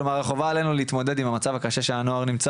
כלומר חובה עלינו להתמודד עם המצב הקשה שהנוער נמצא